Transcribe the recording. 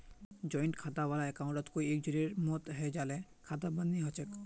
joint खाता वाला अकाउंटत कोई एक जनार मौत हैं जाले खाता बंद नी हछेक